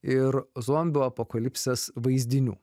ir zombių apokalipsės vaizdinių